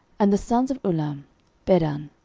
and the sons of ulam bedan.